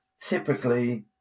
Typically